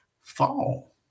fall